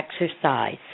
exercise